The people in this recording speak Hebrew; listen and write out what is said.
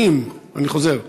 שנים, אני חוזר: